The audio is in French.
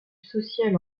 social